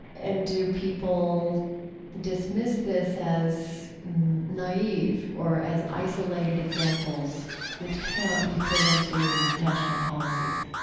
and do people dismiss this as naive or as isolated examples which cannot be fit into national policies?